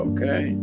Okay